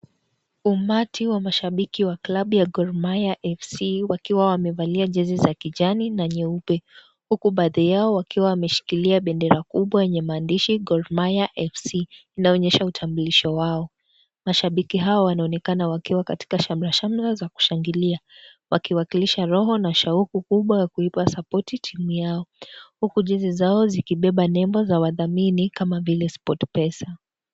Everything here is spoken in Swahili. Umati wa mashabiki wakiwa klabu ya Gormahia FC , wakiwa wamevalia jesi za kijani na nyeupe huku baadhi yao wakiwa wameshikilia pendera kubwa yenye maandishi " Gormahia FC". Inaonyesha utambulishi wao. Mashabiki wanaonekana wakiwa katika shamra shamra za kushangilia wakiwakilisha roho na shauku kubwa ya kuipa sapoti Yao. Huku jesi zao zikibeba nembo za wadhamini kama vile Sportpesa.